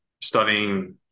Studying